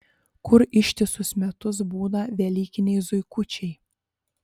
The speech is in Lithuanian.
kur ištisus metus būna velykiniai zuikučiai